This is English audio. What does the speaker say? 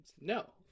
No